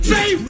Say